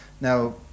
Now